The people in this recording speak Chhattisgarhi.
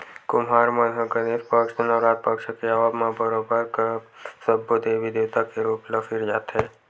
कुम्हार मन ह गनेस पक्छ, नवरात पक्छ के आवब म बरोबर सब्बो देवी देवता के रुप ल सिरजाथे